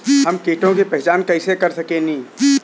हम कीटों की पहचान कईसे कर सकेनी?